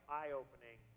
eye-opening